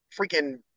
freaking